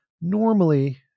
Normally